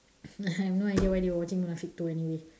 I have no idea why they were watching munafik two anyway